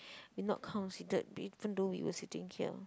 we not considered even though we were sitting here